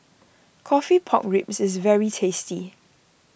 Coffee Pork Ribs is very tasty